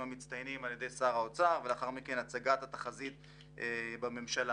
המצטיינים על ידי שר האוצר והצגת התחזית בממשלה.